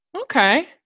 Okay